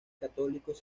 católicos